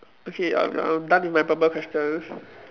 okay I'm I'm done with my purple questions